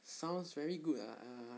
sounds very good ah uh